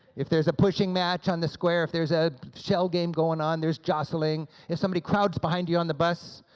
if there's a pushing match on the square, if there's a shell game going on, there's jostling, if somebody crowds behind you on the bus,